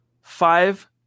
five